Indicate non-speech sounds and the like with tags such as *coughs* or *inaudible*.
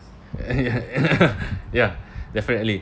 *coughs* ya definitely